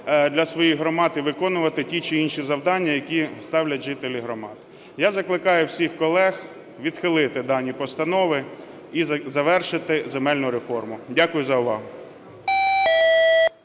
для своїх громад і виконувати ті чи інші завдання, які ставлять жителі громад. Я закликаю всіх колег відхилити дані постанови і завершити земельну реформу. Дякую за увагу.